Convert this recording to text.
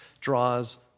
draws